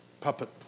puppet